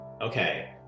Okay